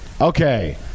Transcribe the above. Okay